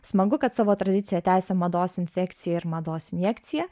smagu kad savo tradiciją tęsia mados infekcija ir mados injekcija